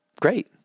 Great